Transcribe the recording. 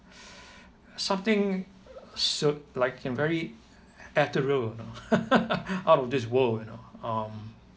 something s~ like a very ethereal you know out of this world you know um